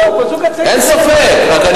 אבל מי